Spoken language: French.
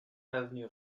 avenue